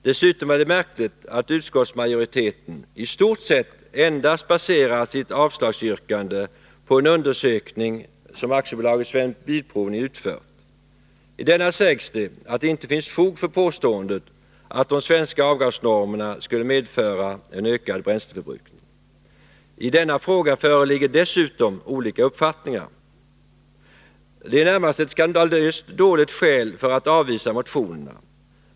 Dessutom är det märkligt att utskottsmajoriteten i stort sett endast baserar sitt avslagsyrkande på en undersökning som AB Svensk Bilprovning utfört. I denna sägs det att det inte finns fog för påståendet att de svenska avgasnormerna skulle medföra en ökad bränsleförbrukning. I denna fråga föreligger dessutom olika uppfattningar. Detta är närmast ett skandalöst dåligt skäl för att avvisa motionerna.